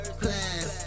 class